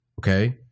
Okay